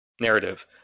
narrative